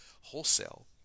wholesale